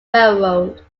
railroad